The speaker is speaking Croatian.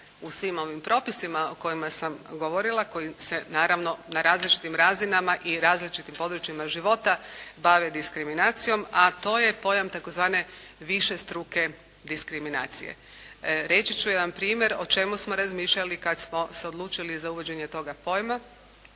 u svim ovim propisima o kojima sam govorila, koji se naravno na različitim razinama i različitim područjima života bave diskriminacijom, a to je pojam tzv. višestruke diskriminacije. Reći ću jedan primjer o čemu smo razmišljali kad smo se odlučili za uvođenje toga pojma.